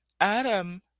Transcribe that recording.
adam